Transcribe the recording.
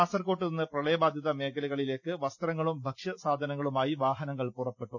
കാസർകോട് നിന്ന് പ്രളയബാധിത മേഖലകളിലേക്ക് വസ്ത്രങ്ങളും ഭക്ഷ്യസാധനങ്ങളുമായി വാഹനങ്ങൾ പുറപ്പെട്ടു